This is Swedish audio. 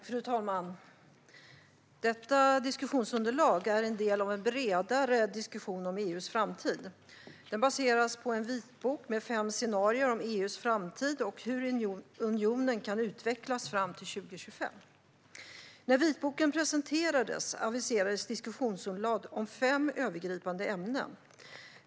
Fru talman! Detta diskussionsunderlag är en del i en bredare diskussion om EU:s framtid. Den baseras på en vitbok med fem scenarier om EU:s framtid och hur unionen kan utvecklas fram till 2025. När vitboken presenterades aviserades diskussionsunderlag om fem övergripande ämnen.